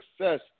success